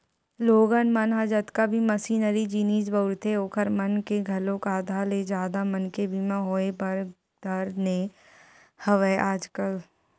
लोगन मन ह जतका भी मसीनरी जिनिस बउरथे ओखर मन के घलोक आधा ले जादा मनके बीमा होय बर धर ने हवय आजकल